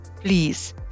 please